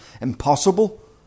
impossible